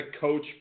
coach